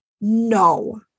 No